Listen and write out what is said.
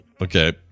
Okay